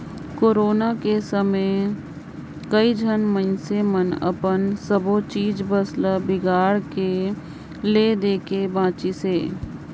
corona के समे कइझन मइनसे मन अपन सबो चीच बस ल बिगाड़ के ले देके बांचिसें